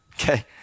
okay